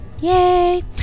Yay